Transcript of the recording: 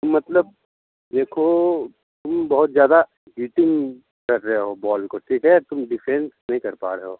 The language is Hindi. मतलब देखो तुम बहुत ज़्यादा हिटिंग कर रहे हो बॉल को ठीक है तुम डिफेंस नहीं कर पा रहे हो